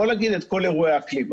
לא להגיד את כל אירועי האקלים.